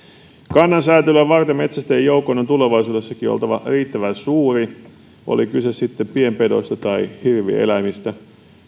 kannan säätelyä varten metsästäjien joukon on tulevaisuudessakin oltava riittävän suuri oli kyse sitten pienpedoista tai hirvieläimistä